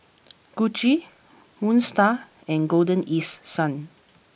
Gucci Moon Star and Golden East Sun